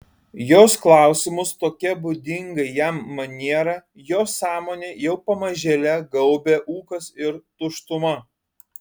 jos klausimus tokia būdinga jam maniera jo sąmonę jau pamažėle gaubė ūkas ir tuštuma